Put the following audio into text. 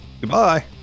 Goodbye